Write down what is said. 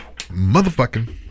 Motherfucking